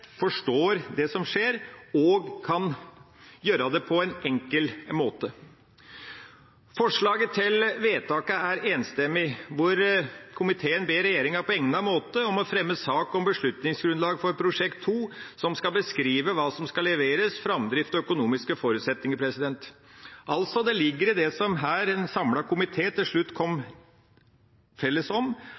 forstår det som skjer, og kan gjøre det på en enkel måte. Forslaget til vedtak er enstemmig, og komiteen ber regjeringen «på egnet måte fremme sak om beslutningsgrunnlag for Prosjekt 2 som skal beskrive hva som skal leveres, fremdrift og økonomiske forutsetninger». Det ligger altså i det som en samlet komité her til slutt var felles om,